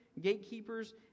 gatekeepers